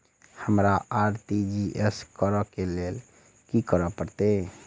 हमरा आर.टी.जी.एस करऽ केँ लेल की करऽ पड़तै?